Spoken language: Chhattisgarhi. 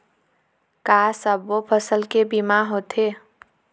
का सब्बो फसल के बीमा होथे?